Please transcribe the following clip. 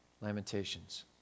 Lamentations